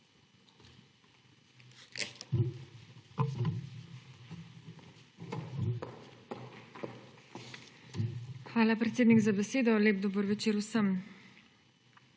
Hvala, predsednik, za besedo. Lep dober večer vsem!